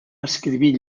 escrivint